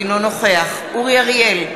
אינו נוכח אורי אריאל,